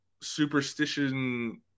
superstition